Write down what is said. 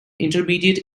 intermediate